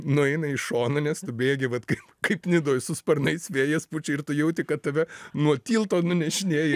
nueina į šoną nes tu bėgi vat kai kaip nidoj su sparnais vėjas pučia ir tu jauti kad tave nuo tilto nunešinėja